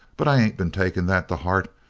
but i ain't been taking that to heart.